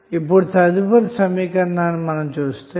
ఇప్పుడు తదుపరి సమీకరణం చూద్దాం